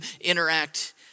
interact